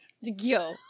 Yo